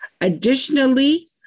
Additionally